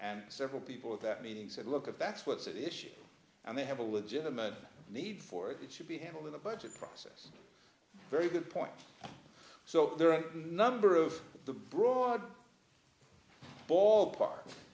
and several people at that meeting said look if that's what's at issue and they have a legitimate need for it it should be handled in the budget process very good point so there are a number of the broad ballpark